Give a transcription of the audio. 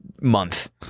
month